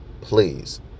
please